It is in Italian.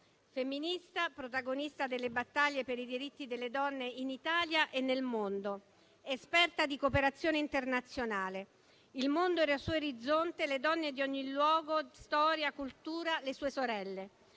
Femminista, protagonista delle battaglie per i diritti delle donne in Italia e nel mondo, esperta di cooperazione internazionale: il mondo era il suo orizzonte e le donne di ogni luogo, storia e cultura erano le sue sorelle.